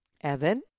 Evan